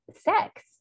sex